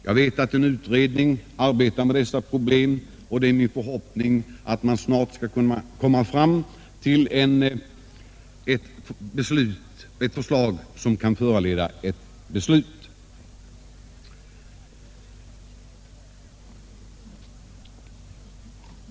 Jag vet att en utredning arbetar med dessa problem, och det är min förhoppning att den snart skall kunna framlägga ett förslag som kan föranleda ett beslut.